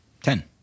Ten